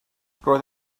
roedd